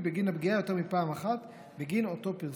בגין הפגיעה יותר מפעם אחת בגין אותו פרסום.